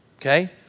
Okay